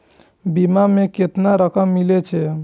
बीमा में केतना रकम मिले छै?